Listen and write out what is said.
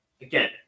Again